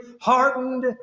hardened